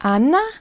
Anna